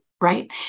right